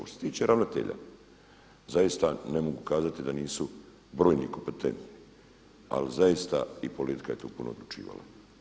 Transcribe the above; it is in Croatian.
Što se tiče ravnatelja zaista ne mogu kazati da nisu brojni kompetentni ali zaista i politika je tu puno odlučivala.